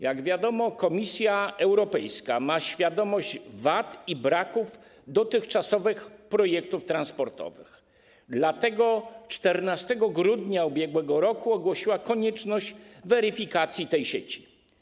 Jak wiadomo, Komisja Europejska ma świadomość wad i braków dotychczasowych projektów transportowych, dlatego 14 grudnia ub.r. ogłosiła ona konieczność weryfikacji tej sieci.